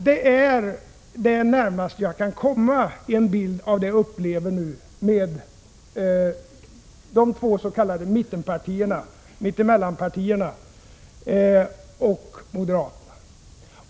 Det är det närmaste jag kan komma en bild av vad jag upplever nu med de två s.k. mittenpartierna eller mitt-emellan-partierna och moderaterna.